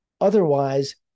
otherwise